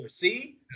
See